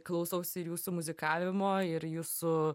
klausausi jūsų muzikavimo ir jūsų